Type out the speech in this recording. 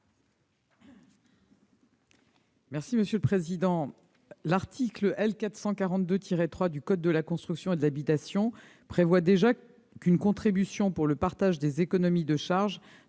est à Mme la ministre. L'article L. 442-3 du code de la construction et de l'habitation prévoit déjà qu'une contribution pour le partage des économies de charges